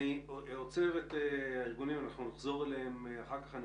אני עוצר את הארגונים, נחזור אליהם אחר כך.